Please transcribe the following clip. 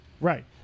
Right